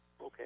Okay